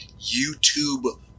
youtube